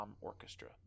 orchestra